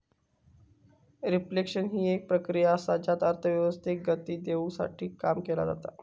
reflection हि एक प्रक्रिया असा ज्यात अर्थव्यवस्थेक गती देवसाठी काम केला जाता